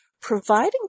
providing